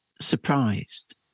surprised